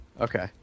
Okay